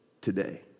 today